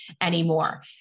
anymore